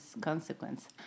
consequence